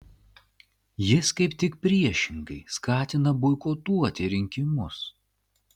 jis kaip tik priešingai skatina boikotuoti rinkimus